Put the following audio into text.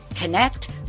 connect